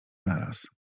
naraz